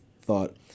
thought